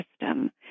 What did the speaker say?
system